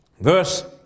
Verse